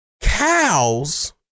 Cows